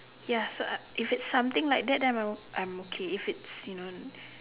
ya so I if it's something like that then I'm I'm okay if it's you know